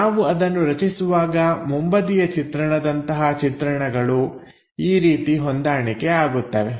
ನಾವು ಅದನ್ನು ರಚಿಸುವಾಗ ಮುಂಬದಿಯ ಚಿತ್ರಣದಂತಹ ಚಿತ್ರಣಗಳು ಈ ರೀತಿ ಹೊಂದಾಣಿಕೆ ಆಗುತ್ತವೆ